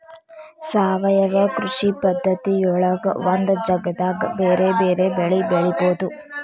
ಸಾವಯವ ಕೃಷಿ ಪದ್ಧತಿಯೊಳಗ ಒಂದ ಜಗದಾಗ ಬೇರೆ ಬೇರೆ ಬೆಳಿ ಬೆಳಿಬೊದು